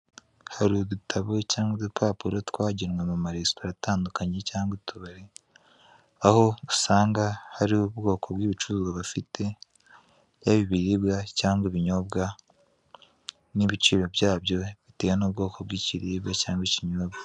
Hari udutabo cyangwa udupapuro twagenywe mu maresitora atandukanye cyangwa utubari, aho usanga hari ubwoko bw'ibicuruzwa bafite yaba ibiribwa cyangwa ibinyobwa n'ibiciro byabyo bitewe n'ubwoko bw'ikiribwa cyangwa ikinyobwa.